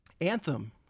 Anthem